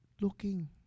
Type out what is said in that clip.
looking